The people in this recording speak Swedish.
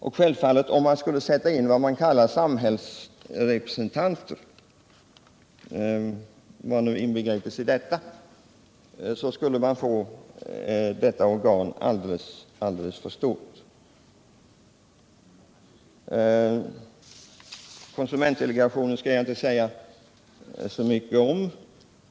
Om vi därutöver satte in vad man kallar för samhällsrepresentanter — vad som nu menas med det — skulle detta organ bli alldeles för stort. Konsumentdelegationen skall jag inte säga så mycket om.